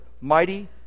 Mighty